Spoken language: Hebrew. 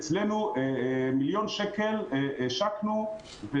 אצלנו השקנו מיליון שקל,